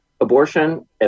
abortion